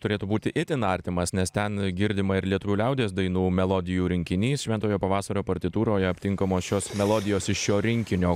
turėtų būti itin artimas nes ten girdima ir lietuvių liaudies dainų melodijų rinkinys šventojo pavasario partitūroje aptinkamos šios melodijos iš šio rinkinio